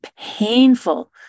painful